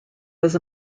was